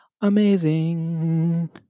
amazing